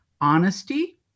honesty